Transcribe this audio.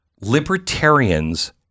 Libertarians